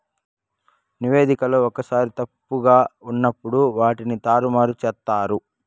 నివేదికలో ఒక్కోసారి తప్పుగా ఉన్నప్పుడు వాటిని తారుమారు చేత్తారు